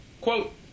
quote